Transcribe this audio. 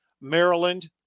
Maryland